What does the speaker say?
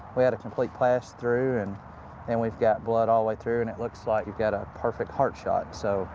we had a complete pass through and and we've got blood all the way through and it looks like you got a perfect heart shot. so